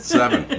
seven